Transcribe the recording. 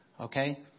Okay